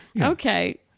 Okay